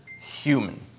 human